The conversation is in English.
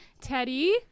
Teddy